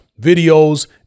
videos